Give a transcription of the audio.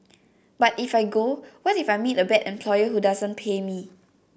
but if I go what if I meet a bad employer who doesn't pay me